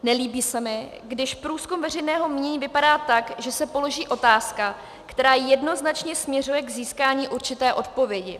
Nelíbí se mi, když průzkum veřejného mínění vypadá tak, že se položí otázka, která jednoznačně směřuje k získání určité odpovědi.